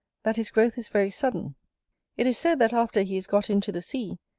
that his growth is very sudden it is said that after he is got into the sea,